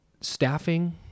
staffing